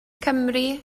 cymry